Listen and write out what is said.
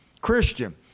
Christian